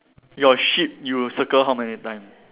your sheep you circle how many time